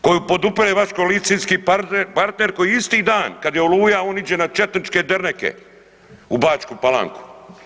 Koju podupire vaš koalicijski partner koji isti dan kad je Oluja, on iđe na četničke derneke u Bačku Palanku.